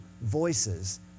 voices